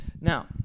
Now